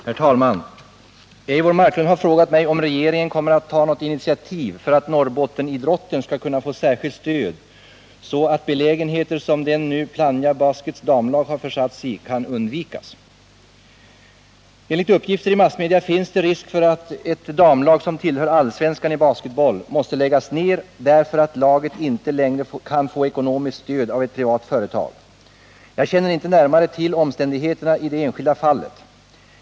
Herr talman! Eivor Marklund har frågat mig om regeringen kommer att ta något initiativ för att Norrbottenidrotten skall kunna få särskilt stöd så att belägenheter som den nu Plannja Baskets damlag försatts i kan undvikas. Enligt uppgifter i massmedia finns det risk för att ett damlag som tillhör allsvenskan i basketboll måste läggas ned därför att laget inte längre kan få ekonomiskt stöd av ett privat företag. Jag känner inte närmare till omständigheterna i det enskilda fallet.